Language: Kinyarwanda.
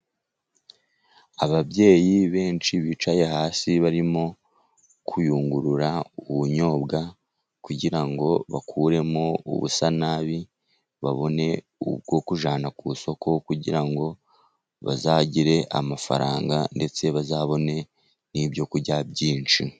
Ababyeyi benshi bicaye hasi, barimo kuyungurura ubunyobwa kugira ngo bakuremo ubusa nabi, babone ubwo kujyana ku isoko kugira ngo bazagire amafaranga ndetse bazabone n'ibyokurya byinshi.